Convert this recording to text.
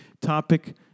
Topic